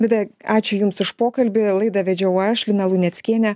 vida ačiū jums už pokalbį laidą vedžiau aš lina luneckienė